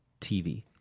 TV